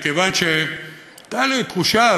מכיוון שהייתה לי תחושה,